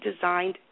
designed